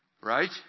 right